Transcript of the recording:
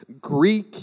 Greek